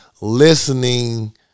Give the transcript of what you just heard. listening